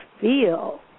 feel